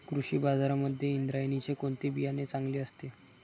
कृषी बाजारांमध्ये इंद्रायणीचे कोणते बियाणे चांगले असते?